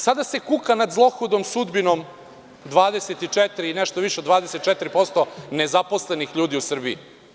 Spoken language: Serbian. Sada se kuka nad zlohudom sudbinom nešto više od 24% nezaposlenih ljudi u Srbiji.